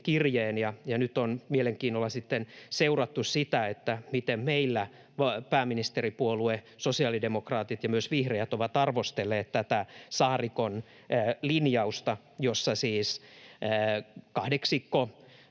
nyt on mielenkiinnolla sitten seurattu sitä, miten meillä pääministeripuolue sosiaalidemokraatit ja myös vihreät ovat arvostelleet tätä Saarikon linjausta — siis kahdeksikko